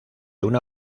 una